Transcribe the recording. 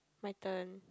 my turn